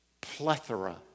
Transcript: Plethora